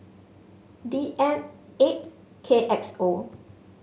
D M eight K X O